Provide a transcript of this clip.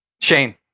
Shane